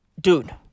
Dude